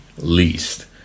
least